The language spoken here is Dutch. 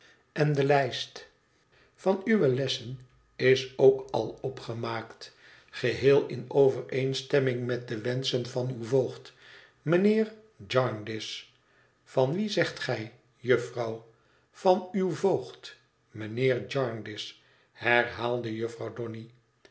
en de lijst van uwe lessen is ook al opgemaakt geheel in overeenstemming met de wenschen van uw voogd mijnheer jarndyce van wien zegt gij jufvrouw van uw voogd mynheer jarndyce herhaalde jufvrouw donny